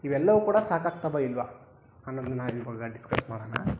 ಇವೆಲ್ಲವೂ ಕೂಡ ಸಾಕಾಗ್ತವಾ ಇಲ್ಲವಾ ಅನ್ನೋದನ್ನು ಇವಾಗ ಡಿಸ್ಕಸ್ ಮಾಡೋಣ